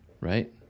Right